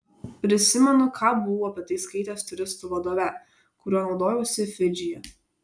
prisimenu ką buvau apie tai skaitęs turistų vadove kuriuo naudojausi fidžyje